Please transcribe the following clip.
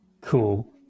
Cool